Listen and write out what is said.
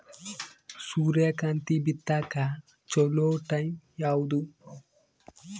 ಸೂರ್ಯಕಾಂತಿ ಬಿತ್ತಕ ಚೋಲೊ ಟೈಂ ಯಾವುದು?